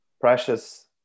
precious